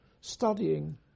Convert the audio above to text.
studying